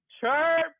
chirp